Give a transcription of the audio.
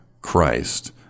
Christ